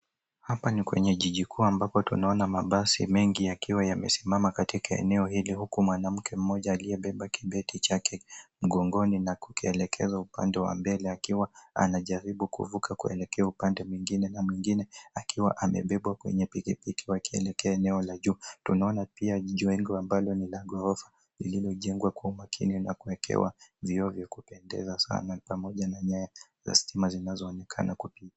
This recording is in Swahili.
Hapa ni kwenye jiji kuu ambapo tunaona mabasi mengi yakiwa yamesimama katika eneo hili huku mwanamke mmoja aliyebeba kibeti chake mgongoni na kukielekeza upande wa mbele akiwa anajaribu kuvuka kuelekea upande mwingine na mwengine akiwa amebebwa kwenye pikipiki wakielekea eneo la juu. Tunaona pia jengo ambalo ni la ghorofa lililojengwa kwa umakini na kuwekewa vioo vya kupendeza sana pamoja na nyaya za stima zinazoonekana kwa picha.